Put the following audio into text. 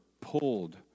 pulled